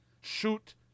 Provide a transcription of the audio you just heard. Shoot